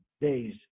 days